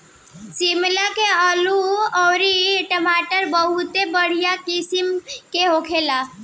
शिमला के आलू अउरी टमाटर बहुते बढ़िया किसिम के होला